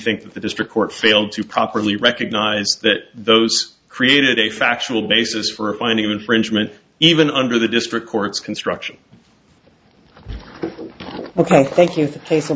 think that the district court failed to properly recognize that those created a factual basis for a finding of infringement even under the district court's construction ok thank you for